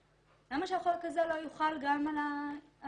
למה שהחוק הזה לא יחול גם על מחבלים?